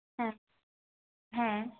ᱦᱮᱸ ᱦᱮᱸ